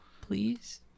please